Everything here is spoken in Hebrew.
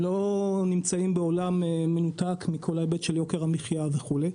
הם לא נמצאים בעולם מנותק מכל ההיבט של יוקר המחייה וכולי.